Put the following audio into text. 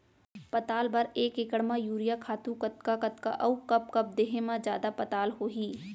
पताल बर एक एकड़ म यूरिया खातू कतका कतका अऊ कब कब देहे म जादा पताल होही?